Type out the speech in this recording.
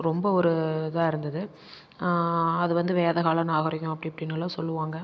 ரொம்ப ஒரு இதாக இருந்தது அது வந்து வேதகாலம் நாகரிகம் அப்படி இப்படின்னெல்லாம் சொல்லுவாங்க